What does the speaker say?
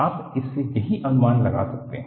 आप इससे यही अनुमान लगा सकते हैं